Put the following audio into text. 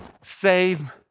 save